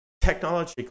technology